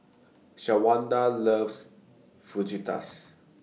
Shawanda loves Fajitas